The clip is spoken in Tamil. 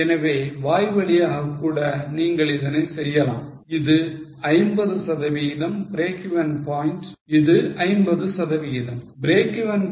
எனவே வாய்வழியாக கூட நீங்கள் இதனை செய்யலாம் இது 50 சதவிகிதம் breakeven point என்ன PV ratio வின் மேல் FC